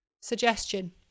Suggestion